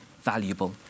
valuable